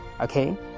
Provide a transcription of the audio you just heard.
okay